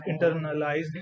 internalized